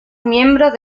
miembros